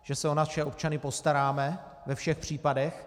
Že se o naše občany postaráme ve všech případech.